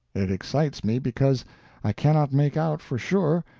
it excites me because i cannot make out, for sure,